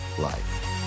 life